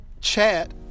chat